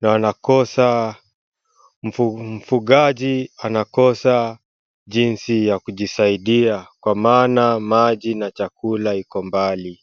na mfugaji anakosa jinsi ya kujisaidia kwa maana maji na chakula iko mbali.